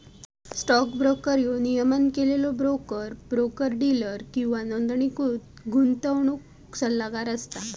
stock broker ह्यो नियमन केलेलो ब्रोकर, ब्रोकर डीलर किंवा नोंदणीकृत गुंतवणूक सल्लागार असता